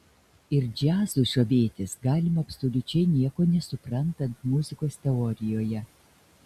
ir džiazu žavėtis galima absoliučiai nieko nesuprantant muzikos teorijoje